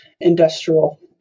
industrial